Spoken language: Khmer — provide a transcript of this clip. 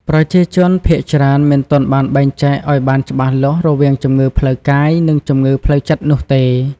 ប្រជាជនភាគច្រើនមិនទាន់បានបែងចែកឱ្យបានច្បាស់លាស់រវាងជំងឺផ្លូវកាយ និងជំងឺផ្លូវចិត្តនោះទេ។